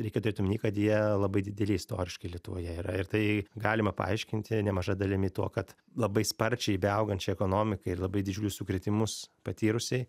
reikia turėt omeny kad jie labai dideli istoriškai lietuvoje yra ir tai galima paaiškinti nemaža dalimi tuo kad labai sparčiai beaugančiai ekonomikai ir labai didžiulius sukrėtimus patyrusiai